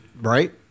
Right